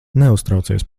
neuztraucies